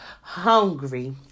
hungry